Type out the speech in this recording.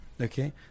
okay